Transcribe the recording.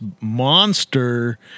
monster